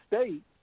State